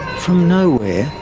from nowhere,